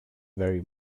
very